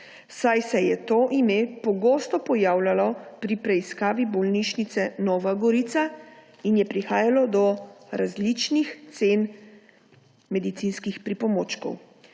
saj se je to ime pogosto pojavljalo pri preiskavi bolnišnice Nova Gorica in je prihajalo do različnih cen medicinskih pripomočkov.